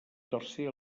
tercer